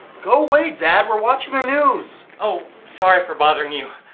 go away, dad. we're watching the news. oh, sorry for bothering you.